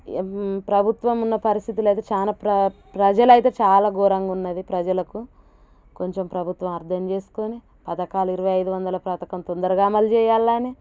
ప్రభుత్వమున్న పరిస్థితులైతే చాలా ప్ర ప్రజలైతే చాలా ఘోరంగున్నది ప్రజలకు కొంచెం ప్రభుత్వం అర్థం చేసుకోని పథకాలు ఇరువై ఐదు వందల పథకం తొందరగా అమలు చెయ్యాలని